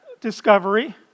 discovery